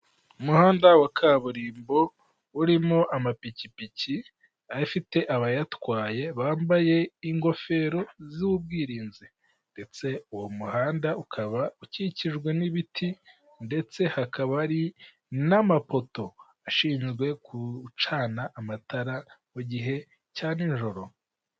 umuhanda wa kaburimbo urimo amapikipiki afite abayatwaye bambaye ingofero z'ubwirinzi, ndetse uwo muhanda ukaba ukikijwe n'ibiti, ndetse hakaba n'amapoto ashinzwe gucana amatara mu gihe cya nijoro.